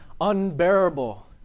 unbearable